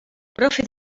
profe